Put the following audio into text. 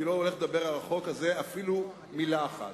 אני לא הולך לדבר על החוק הזה אפילו מלה אחת.